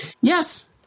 Yes